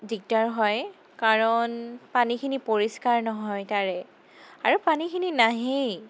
দিগদাৰ হয় কাৰণ পানীখিনি পৰিষ্কাৰ নহয় তাৰে আৰু পানীখিনি নাহেই